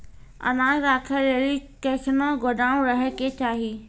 अनाज राखै लेली कैसनौ गोदाम रहै के चाही?